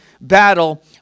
battle